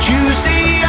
Tuesday